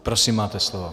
Prosím, máte slovo.